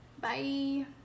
Bye